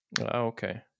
okay